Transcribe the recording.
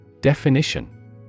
Definition